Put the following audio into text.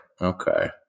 okay